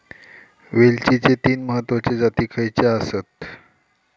वेलचीचे तीन महत्वाचे जाती खयचे आसत?